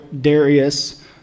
Darius